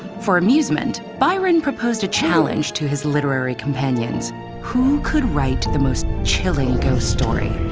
for amusement, byron proposed a challenge to his literary companions who could write the most chilling ghost story?